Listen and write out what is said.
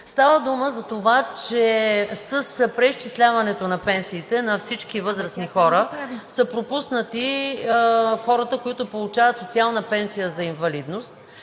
Става дума за това, че с преизчисляването на пенсиите на всички възрастни хора са пропуснати хората, които получават социална пенсия за инвалидност.